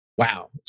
wow